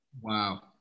Wow